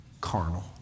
carnal